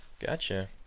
gotcha